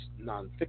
nonfiction